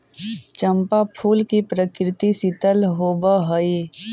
चंपा फूल की प्रकृति शीतल होवअ हई